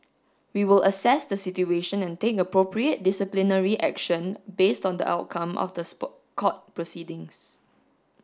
we will assess the situation and take appropriate disciplinary action based on the outcome of the court proceedings